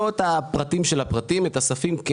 לא את הפרטים של הפרטים אבל את הספים כן.